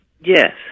Yes